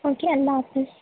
okay اللہ حافظ